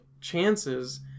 chances